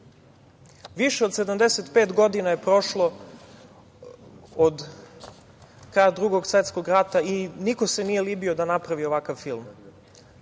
Više od 75 godina je prošlo od kraja Drugog svetskog rata i niko se nije libio da napravi ovakav film. Razni